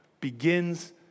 begins